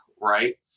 right